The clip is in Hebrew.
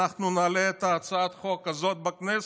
אנחנו נעלה את הצעת החוק הזאת בכנסת,